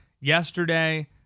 Yesterday